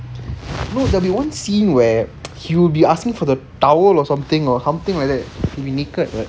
no there will be one scene where he will be asking for the towel or something or something like that he will be naked right